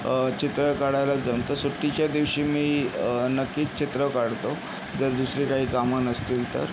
चित्र काढायला जमतं सुट्टीच्या दिवशी मी नक्कीच चित्र काढतो जर दुसरे काही कामं नसतील तर